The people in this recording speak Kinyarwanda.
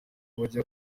bajya